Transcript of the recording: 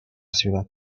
ciudad